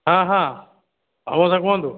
ହଁ ହଁ ଆଉ ମଉସା କୁହନ୍ତୁ